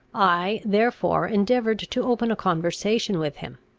i, therefore, endeavoured to open a conversation with him.